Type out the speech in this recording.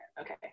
Okay